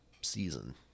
season